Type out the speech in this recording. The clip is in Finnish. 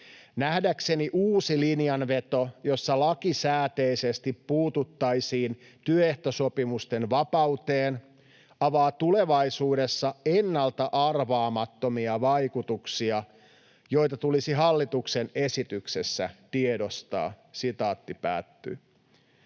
”Nähdäkseni uusi linjanveto, jossa lakisääteisesti puututtaisiin työehtosopimusten vapauteen, avaa tulevaisuudessa ennalta-arvaamattomia vaikutuksia, joita tulisi hallituksen esityksessä tiedostaa.” Hallitus